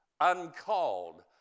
uncalled